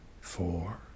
four